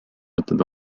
võtnud